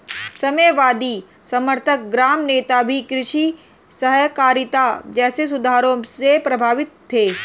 साम्यवादी समर्थक ग्राम नेता भी कृषि सहकारिता जैसे सुधारों से प्रभावित थे